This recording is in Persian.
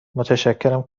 متشکرم